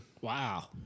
Wow